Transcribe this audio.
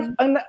ang